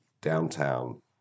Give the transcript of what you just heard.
downtown